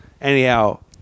Anyhow